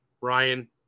Ryan